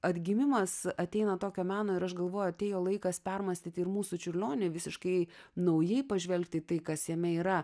atgimimas ateina tokio meno ir aš galvoju atėjo laikas permąstyti ir mūsų čiurlionį visiškai naujai pažvelgti į tai kas jame yra